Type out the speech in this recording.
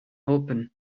open